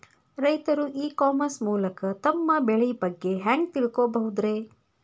ರೈತರು e commerce ಮೂಲಕ ತಮ್ಮ ಬೆಳಿ ಬಗ್ಗೆ ಹ್ಯಾಂಗ ತಿಳ್ಕೊಬಹುದ್ರೇ?